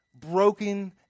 broken